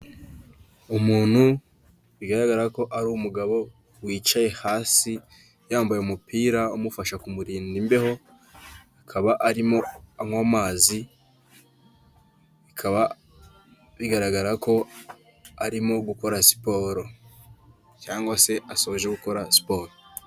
Umuntu bigaragara ko ari umugabo wicaye hasi yambaye umupira umufasha kumurinda imbeho, akaba arimo anywa amazi, bikaba bigaragara ko arimo gukora siporo cyangwase asoje gukora siporo.